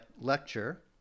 lecture